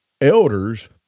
elders